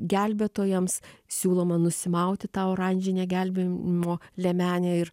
gelbėtojams siūloma nusimauti tą oranžinę gelbėjimo liemenę ir